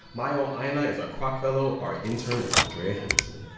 mio ina is our kroc fellow. our intern is andrea henderson.